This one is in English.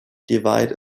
divide